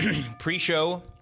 Pre-show